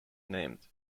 named